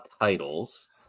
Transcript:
titles